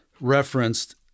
referenced